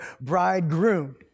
bridegroom